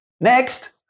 next